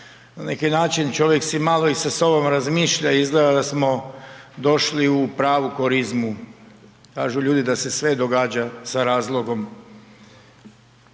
Na neki način čovjek si mali i sa sobom razmišlja. Izgleda da smo došli u pravu korizmu. Kažu ljudi da se sve događa sa razlogom.